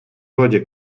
wodzie